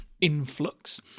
influx